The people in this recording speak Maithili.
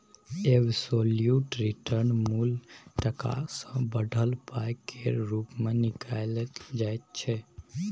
एबसोल्युट रिटर्न मुल टका सँ बढ़ल पाइ केर रुप मे निकालल जाइ छै